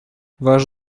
ваш